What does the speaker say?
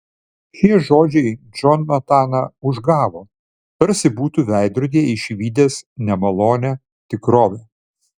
šie žodžiai džonataną užgavo tarsi būtų veidrodyje išvydęs nemalonią tikrovę